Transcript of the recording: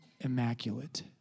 immaculate